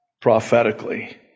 prophetically